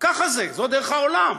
ככה זה, זו דרך העולם.